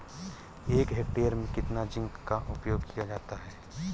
एक हेक्टेयर में कितना जिंक का उपयोग किया जाता है?